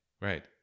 right